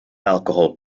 alcohol